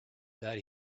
that